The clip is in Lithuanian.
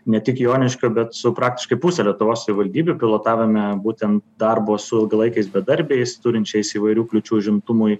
ne tik joniškio bet su praktiškai puse lietuvos savivaldybių pilotavome būtent darbo su ilgalaikiais bedarbiais turinčiais įvairių kliūčių užimtumui